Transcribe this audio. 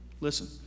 listen